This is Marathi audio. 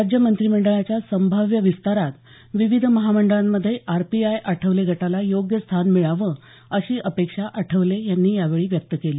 राज्य मंत्रीमंडळाच्या संभाव्य विस्तारात विविध महामंडळांमध्ये आरपीआय आठवले गटाला योग्य स्थान मिळावं अशी अपेक्षा आठवले यांनी यावेळी व्यक्त केली